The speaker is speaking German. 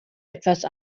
etwas